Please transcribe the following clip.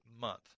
month